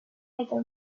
either